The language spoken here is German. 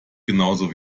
genauso